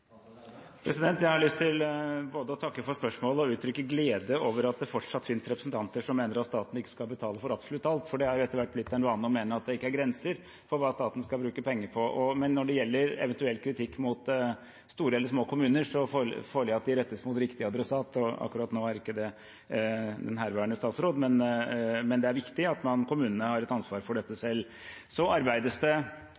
Jeg har lyst til både å takke for spørsmålet og uttrykke glede over at det fortsatt finnes representanter som mener at staten ikke skal betale for absolutt alt, for det har etter hvert blitt en vane å mene at det ikke er grenser for hva staten skal bruke penger på. Men når det gjelder eventuell kritikk mot store eller små kommuner, føler jeg at de må rettes mot riktig adressat, og akkurat nå er ikke det den herværende statsråd, men det er viktig at kommunene har et ansvar for dette